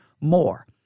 more